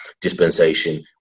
dispensation